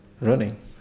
running